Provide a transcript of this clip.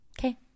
Okay